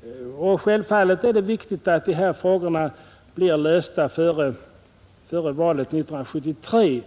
till dem. Självfallet är det viktigt att dessa frågor blir lösta före valet 1973.